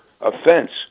offense